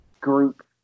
group